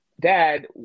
dad